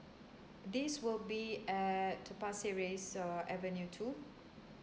this will be at pasir ris uh avenue two